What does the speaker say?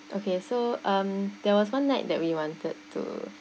okay so um there was one night that we wanted to